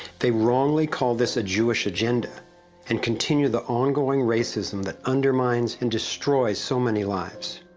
they wrongly call this a jewish agenda and continue the ongoing racism that undermines and destroys so many lives.